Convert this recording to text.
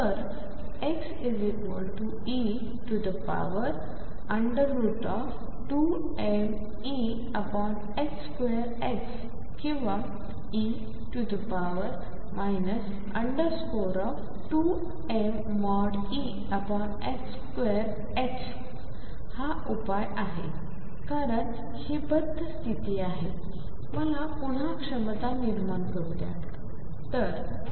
तर xe2mE2xकिंवा e 2mE2x हा उपाय आहे कारण हि बद्ध स्तिथी आहे मला पुन्हा क्षमता निर्माण करू द्या